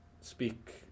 speak